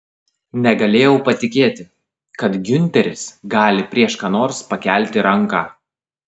negalėjau patikėti kad giunteris gali prieš ką nors pakelti ranką